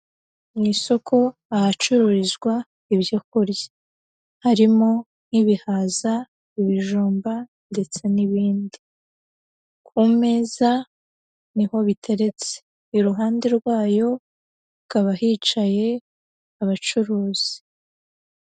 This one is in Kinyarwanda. Mu isoko ahacururizwa ibyo kurya harimo nk'ibihaza, ibijumba ndetse n'ibindi. Ku meza ni ho biteretse, iruhande rwayo hakaba hicaye abacuruzi.